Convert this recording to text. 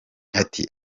ati